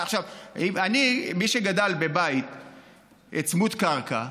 מי שגדל בבית צמוד קרקע,